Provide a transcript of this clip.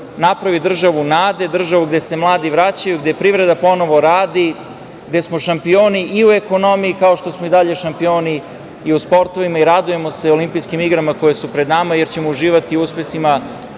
napravi državu nade, državu gde se mladi vraćaju, gde privreda ponovo radi, gde smo šampioni i u ekonomiji, kao što smo i dalje šampioni i u sportovima i radujemo se olimpijskim igrama koje su pred nama, jer ćemo uživati u uspesima